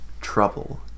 trouble